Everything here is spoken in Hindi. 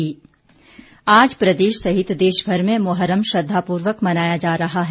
महर्र म आज प्रदेश सहित देशभर में मुहर्रम श्रद्धापूर्वक मनाया जा रहा है